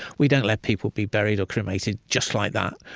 we don't let people be buried or cremated, just like that.